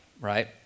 right